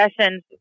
sessions